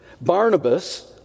Barnabas